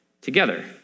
together